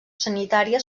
sanitària